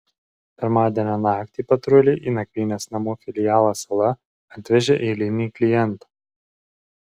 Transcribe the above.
pirmadienio naktį patruliai į nakvynės namų filialą sala atvežė eilinį klientą